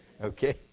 Okay